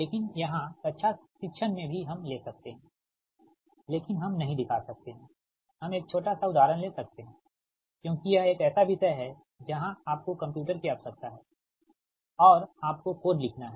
लेकिन यहाँ कक्षा शिक्षण में भी हम ले सकते हैं लेकिन हम नहीं दिखा सकते हैं हम एक छोटा सा उदाहरण ले सकते हैं क्योंकि यह एक ऐसा विषय है जहाँ आपको कंप्यूटर की आवश्यकता है और आपको कोड लिखना है